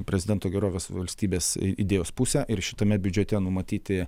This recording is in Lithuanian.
prezidento gerovės valstybės idėjos pusę ir šitame biudžete numatyti